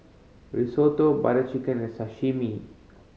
Risotto Butter Chicken and Sashimi